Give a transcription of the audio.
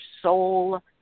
soul